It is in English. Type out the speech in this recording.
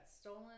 stolen